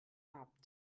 habt